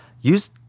Use